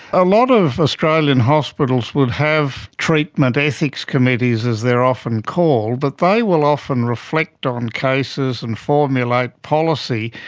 a lot of australian hospitals will have treatment ethics committees, as they're often called. but they will often reflect on cases and formulate policy,